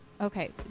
Okay